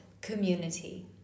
community